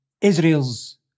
Israel's